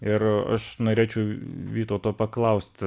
ir aš norėčiau vytauto paklaust